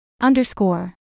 Underscore